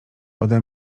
ode